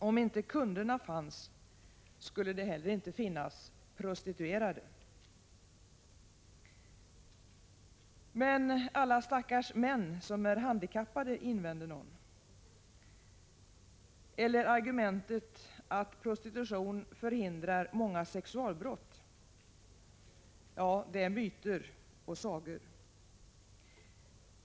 Om inte kunderna fanns, skulle det inte heller finnas prostituerade. Men alla stackars män som är handikappade, invänder någon — eller åberopar argumentet att prostitution förhindrar många sexualbrott. Det är myter och sagor.